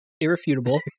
irrefutable